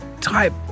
type